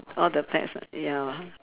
all the pets lah ya